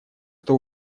кто